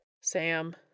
Sam